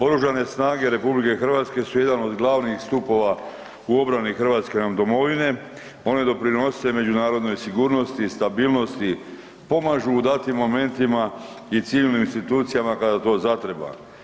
OSRH su jedan od glavnih stupova u obrani nam hrvatske domovine, one doprinose međunarodnoj sigurnosti i stabilnosti, pomažu u datim momentima i civilnim institucijama kada to zatreba.